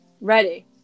Ready